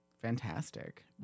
fantastic